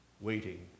waiting